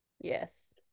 Yes